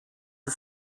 the